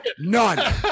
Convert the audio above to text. none